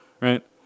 right